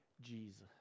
Jesus